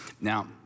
Now